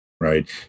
right